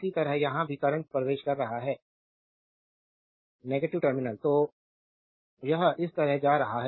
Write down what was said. इसी तरह यहाँ भी करंट प्रवेश कर रहा है नेगेटिव टर्मिनल तो यह इस तरह जा रहा है